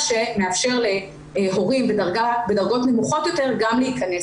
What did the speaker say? שמאפשר להורים בדרגות נמוכות יותר גם להכנס,